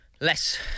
less